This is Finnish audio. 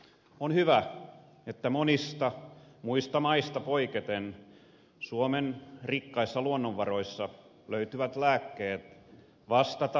on hyvä että monista muista maista poiketen suomen rikkaista luonnonvaroista löytyvät lääkkeet vastata ilmastohaasteisiin